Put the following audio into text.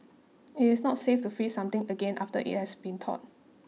it is not safe to freeze something again after it has been thawed